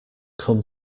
come